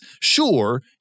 sure